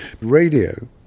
Radio